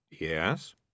Yes